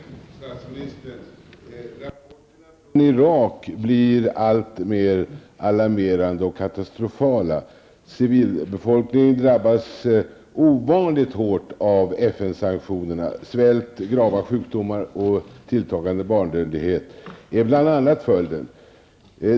Herr talman! Jag vill säga till statsministern att rapporterna från Irak blir alltmer alarmerande och katastrofala. Civilbefolkningen drabbas ovanligt hårt av FN-sanktionerna. Svält, grava sjukdomar och tilltagande barnadödlighet är bl.a. följden.